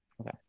Okay